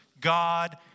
God